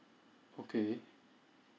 okay